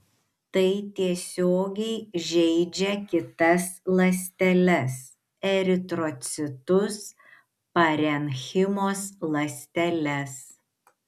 tai tiesiogiai žeidžia kitas ląsteles eritrocitus parenchimos ląsteles